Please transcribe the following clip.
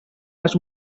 les